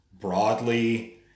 broadly